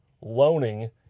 loaning